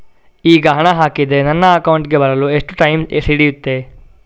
ಈಗ ಹಣ ಹಾಕಿದ್ರೆ ನನ್ನ ಅಕೌಂಟಿಗೆ ಬರಲು ಎಷ್ಟು ಟೈಮ್ ಹಿಡಿಯುತ್ತೆ?